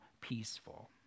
peaceful